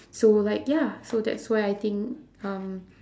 so like ya so that's why I think um